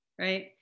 right